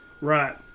Right